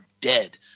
dead